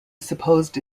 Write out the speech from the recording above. supposed